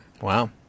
Wow